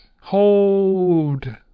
Hold